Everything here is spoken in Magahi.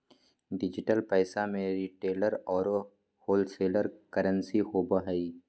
डिजिटल पैसा में रिटेलर औरो होलसेलर करंसी होवो हइ